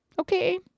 Okay